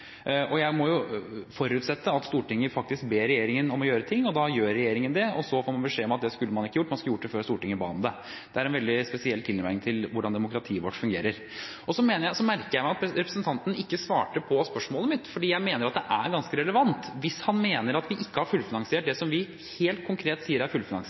Jeg må jo forutsette at når Stortinget faktisk ber regjeringen om å gjøre ting, da gjør regjeringen det. Og så får man beskjed om at det skulle man ikke gjort – man skulle gjort det før Stortinget ba om det! Det er en veldig spesiell tilnærming til hvordan demokratiet vårt fungerer. Jeg merker meg at representanten ikke svarte på spørsmålet mitt, for jeg mener at det er ganske relevant hvis han mener at vi ikke har fullfinansiert det som vi helt konkret sier er fullfinansiert,